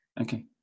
okay